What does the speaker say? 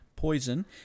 Poison